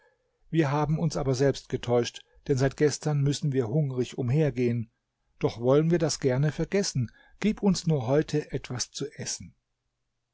wir haben uns aber selbst getäuscht denn seit gestern müssen wir hungrig umhergehen doch wollen wir das gerne vergessen gib uns nur heute etwas zu essen